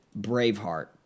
Braveheart